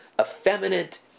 effeminate